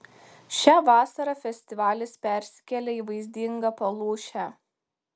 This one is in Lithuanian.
šią vasarą festivalis persikėlė į vaizdingą palūšę